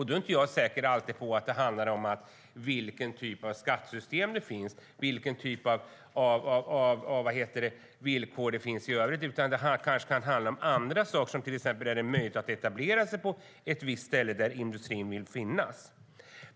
Då är jag inte säker på att det alltid handlar om vilken typ av skattesystem det finns eller vilken typ av villkor som råder i övrigt, utan det kanske kan handla om andra saker, till exempel om det är möjligt att etablera sig på ett visst ställe där industrin vill finnas.